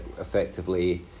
effectively